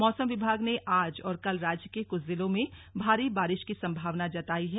मौसम विभाग ने आज और कल राज्य के कुछ जिलों में भारी बारिश की संभावना जताई है